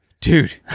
Dude